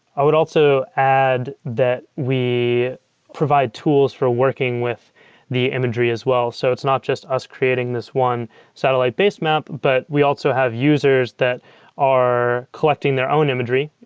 i would also add that we provide tools for working with the imagery as well. so it's not just us creating this one satellite base map, but we also have users that are collecting their own imagery,